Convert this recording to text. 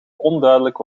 onduidelijk